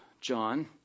John